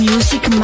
Music